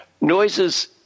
noises